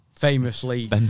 Famously